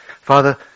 Father